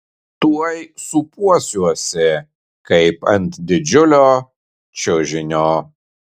tuoj sūpuosiuosi kaip ant didžiulio čiužinio